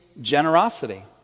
generosity